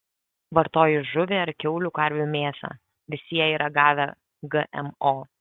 vartoji žuvį ar kiaulių karvių mėsą visi jie yra gavę gmo